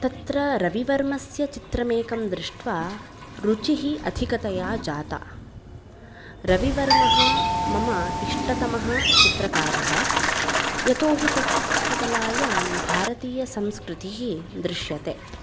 तत्र रविवर्मस्य चित्रमेकं दृष्ट्वा रुचिः अधिकतया जाता रविवर्मः मम इष्टतमः चित्रकारः यतो हि तस्य चित्रकलायां भारतीयसंस्कृतिः दृश्यते